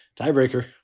Tiebreaker